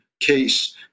case